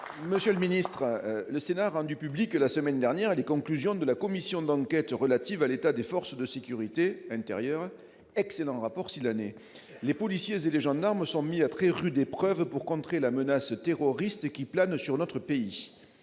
La semaine dernière, le Sénat a rendu publiques les conclusions de la commission d'enquête relative à l'état des forces de sécurité intérieure- excellent rapport, faut-il le préciser. Les policiers et les gendarmes sont mis à très rude épreuve pour contrer la menace terroriste qui plane sur notre pays